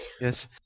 Yes